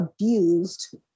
abused